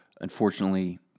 Unfortunately